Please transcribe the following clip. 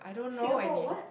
Singapore what